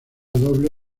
doble